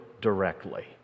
directly